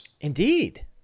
Indeed